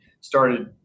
started